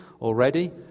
already